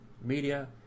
media